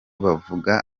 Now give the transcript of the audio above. bavuga